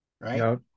right